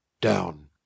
DOWN